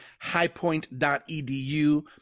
highpoint.edu